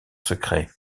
secret